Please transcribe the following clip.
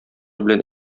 белән